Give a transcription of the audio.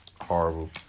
Horrible